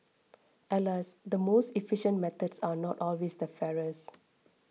alas the most efficient methods are not always the fairest